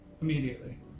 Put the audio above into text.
Immediately